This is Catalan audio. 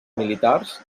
militars